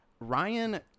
Ryan